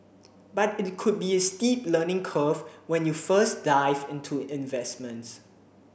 but it could be a steep learning curve when you first dive into investments